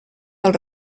del